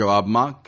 જવાબમાં કે